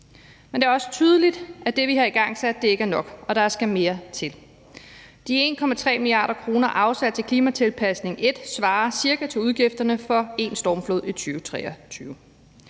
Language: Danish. Men det er også tydeligt, at det, vi har igangsat, ikke er nok, og der skal mere til. De 1,3 mia. kr. afsat til klimatilpasningsplan 1 svarer cirka til udgifterne for én stormflod i 2023.